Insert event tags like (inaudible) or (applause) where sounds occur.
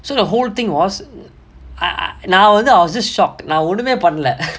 so the whole thing was I I நா வந்து:naa vanthu I was just shocked நா ஒன்னுமே பண்ணல:naa onnumae pannala (laughs)